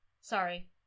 Sorry